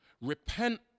Repent